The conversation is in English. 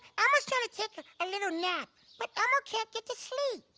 elmo's trying to take a little nap. but elmo can't get to sleep.